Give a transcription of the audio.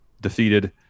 defeated